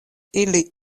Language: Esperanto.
ili